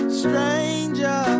stranger